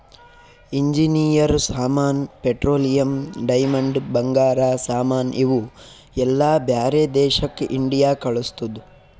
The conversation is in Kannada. ಇಂಜಿನೀಯರ್ ಸಾಮಾನ್, ಪೆಟ್ರೋಲಿಯಂ, ಡೈಮಂಡ್, ಬಂಗಾರ ಸಾಮಾನ್ ಇವು ಎಲ್ಲಾ ಬ್ಯಾರೆ ದೇಶಕ್ ಇಂಡಿಯಾ ಕಳುಸ್ತುದ್